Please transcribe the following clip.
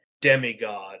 demigod